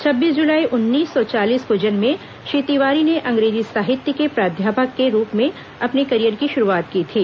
छब्बीस जुलाई उन्नीस सौ चालीस को जन्मे श्री तिवारी ने अंग्रेजी साहित्य के प्राध्यापक के रूप में अपने करियर की शुरूआत की थी